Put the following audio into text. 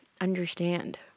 understand